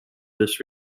this